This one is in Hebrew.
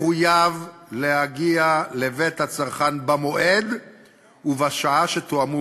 מחויב להגיע לבית הצרכן במועד ובשעה שתואמו